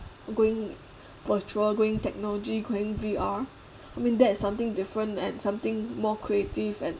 going virtual going technology going V_R I mean that's something different and something more creative and